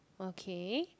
okay